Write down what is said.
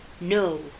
no